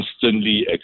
constantly